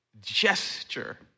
gesture